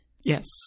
Yes